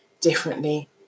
differently